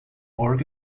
work